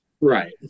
right